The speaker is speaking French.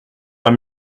pas